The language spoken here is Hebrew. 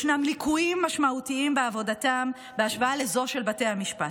ישנם ליקויים משמעותיים בעבודתם בהשוואה לזו של בתי המשפט.